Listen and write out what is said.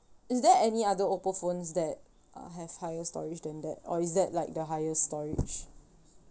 is there any other oppo phones that uh have higher storage than that or is that like the highest storage